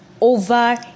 over